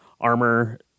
armor